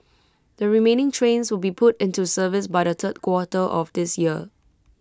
the remaining trains will be put into service by the third quarter of this year